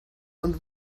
und